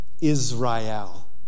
Israel